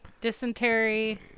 dysentery